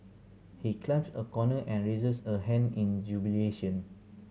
he climbs a corner and raises a hand in jubilation